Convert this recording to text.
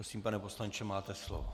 Prosím, pane poslanče, máte slovo.